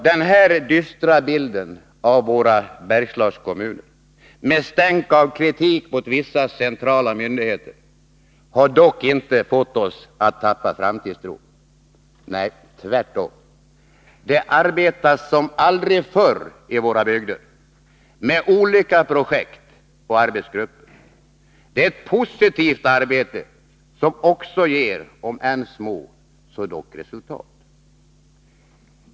Den här dystra bilden av våra Bergslagskommuner, med stänk av kritik mot vissa centrala myndigheter, har dock inte fått oss att tappa framtidstron. Nej, tvärtom! Det arbetas som aldrig förr i våra bygder med olika projekt och arbetsgrupper. Det är ett positivt arbete som också ger resultat, låt vara att de är små.